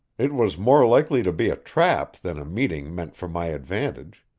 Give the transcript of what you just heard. it was more likely to be a trap than a meeting meant for my advantage.